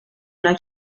una